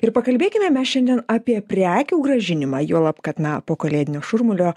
ir pakalbėkime mes šiandien apie prekių grąžinimą juolab kad na po kalėdinio šurmulio